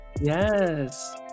Yes